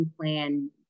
plan